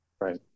Right